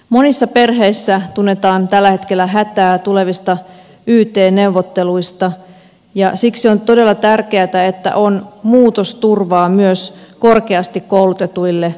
monissa perheissä tunnetaan tällä hetkellä hätää tulevista yt neuvotteluista ja siksi on todella tärkeätä että on muutosturvaa myös korkeasti koulutetuille ihmisille